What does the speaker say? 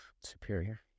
superior